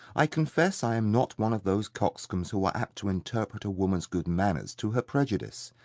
i confess i am not one of those coxcombs who are apt to interpret a woman's good manners to her prejudice,